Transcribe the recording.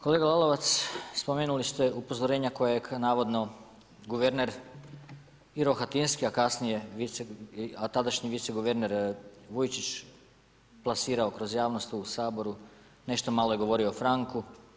Kolega Lalovac, spomenuli ste upozorenja kojeg navodno guverner i Rohatinski, a kasnije a tadašnji vice guverner Vujčić plasirao kroz javnost tu u Saboru, nešto malo je govorio o franku.